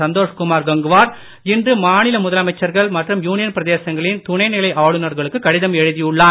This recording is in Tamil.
சந்தோஷ் குமார் கங்வார் இன்று மாநில முதலமைச்சர்கள் மற்றும் யுனியன் பிரதேசங்களின் துணைநிலை ஆளுநர்களுக்கு கடிதம் எழுதியுள்ளார்